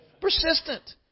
persistent